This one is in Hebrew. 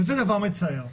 וזה דבר מצער.